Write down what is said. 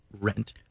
rent